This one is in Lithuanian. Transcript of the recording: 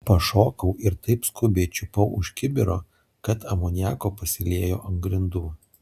pašokau ir taip skubiai čiupau už kibiro kad amoniako pasiliejo ant grindų